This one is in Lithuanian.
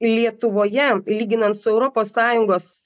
lietuvoje lyginant su europos sąjungos